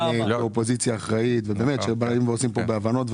אופוזיציה אחראית שבאה ועושה כאן דברים בהבנות,